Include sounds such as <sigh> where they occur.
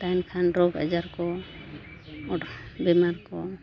ᱛᱟᱦᱮᱱ ᱠᱷᱟᱱ ᱨᱳᱜᱽᱼᱟᱡᱟᱨ ᱠᱚ <unintelligible> ᱵᱤᱱᱟᱣ ᱠᱚ